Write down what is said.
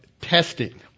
testing